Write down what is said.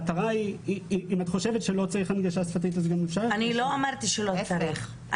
אם את חושבת שלא צריך הנגשה שפתית אז גם אפשר --- לא אמרתי שלא צריך,